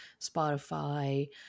Spotify